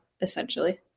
essentially